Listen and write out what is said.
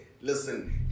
listen